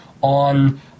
on